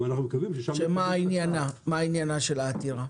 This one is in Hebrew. מה עניינה של העתירה?